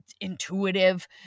intuitive